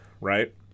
right